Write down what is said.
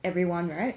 everyone right